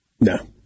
No